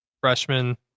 freshman